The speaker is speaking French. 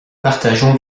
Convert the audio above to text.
partageons